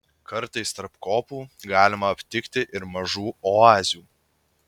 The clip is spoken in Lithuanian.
kartais tarp kopų galima aptikti ir mažų oazių